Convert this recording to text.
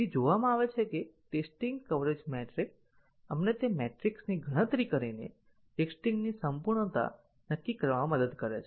જોવામાં આવે છે કે ટેસ્ટીંગ કવરેજ મેટ્રિક આપણને તે મેટ્રિક્સની ગણતરી કરીને ટેસ્ટીંગ ની સંપૂર્ણતા નક્કી કરવામાં મદદ કરે છે